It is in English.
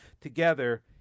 together